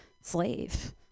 slave